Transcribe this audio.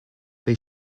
they